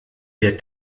der